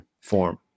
form